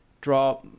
draw